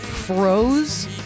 Froze